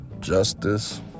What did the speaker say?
Justice